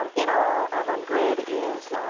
um in all avangrid is